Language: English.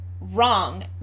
wrong